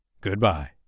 goodbye